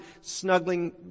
snuggling